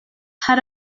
hari